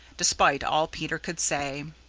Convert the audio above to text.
despite all peter could say.